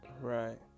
Right